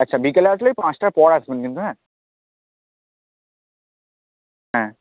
আচ্ছা বিকেলে আসলে ওই পাঁচটার পর আসবেন কিন্তু হ্যাঁ হ্যাঁ